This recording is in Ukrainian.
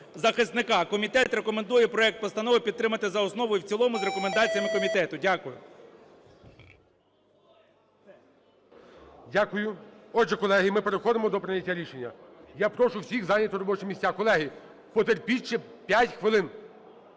"правозахисника". Комітет рекомендує проект постанови підтримати за основу і в цілому з рекомендаціями комітету. Дякую. ГОЛОВУЮЧИЙ. Отже, колеги, ми переходимо до прийняття рішення. Я прошу всіх зайняти робочі місця. Колеги, потерпіть ще 5 хвилин.